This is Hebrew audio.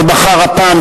שבחר הפעם,